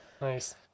Nice